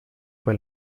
fue